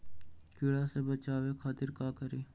कीरा से बचाओ खातिर का करी?